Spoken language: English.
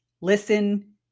listen